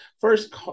First